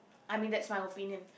I mean that's my opinion